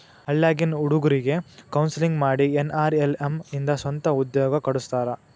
ಹಳ್ಳ್ಯಾಗಿನ್ ಹುಡುಗ್ರಿಗೆ ಕೋನ್ಸೆಲ್ಲಿಂಗ್ ಮಾಡಿ ಎನ್.ಆರ್.ಎಲ್.ಎಂ ಇಂದ ಸ್ವಂತ ಉದ್ಯೋಗ ಕೊಡಸ್ತಾರ